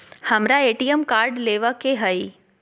हमारा ATM card लेव के हई